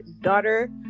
daughter